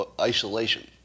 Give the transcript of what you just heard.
isolation